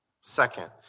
Second